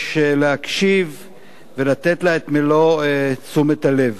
יש להקשיב ולתת לה את מלוא תשומת הלב.